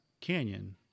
canyon